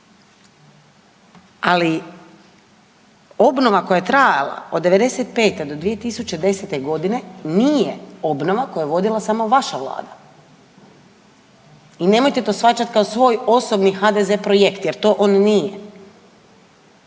ali obnova koja je trajala od '95.-te do 2010.g. nije obnova koju je vodila samo vaša vlada i nemojte to shvaćat kao svoj osobni HDZ projekt jer to on nije.